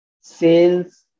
sales